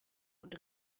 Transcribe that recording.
und